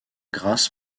grasses